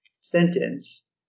sentence